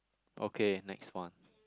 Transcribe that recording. okay next one